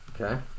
Okay